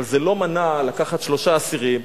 אבל זה לא מנע לקחת שלושה אסירים,